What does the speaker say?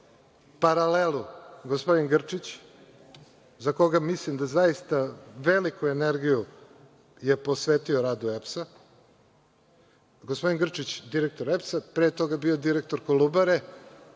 paralelu, gospodin Grčić, za koga mislim da zaista veliku energiju je posvetio radu EPS, gospodin Grčić, direktor EPS, pre toga je bio direktor „Kolubare“.